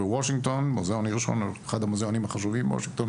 בוושינגטון - מוזיאון הירשון אחד המוזיאונים החשובים בוושינגטון